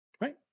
right